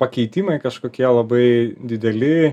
pakeitimai kažkokie labai dideli